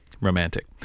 romantic